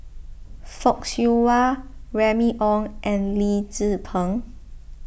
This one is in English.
Fock Siew Wah Remy Ong and Lee Tzu Pheng